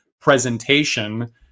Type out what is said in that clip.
presentation